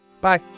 Bye